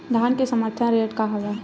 धान के समर्थन रेट का हवाय?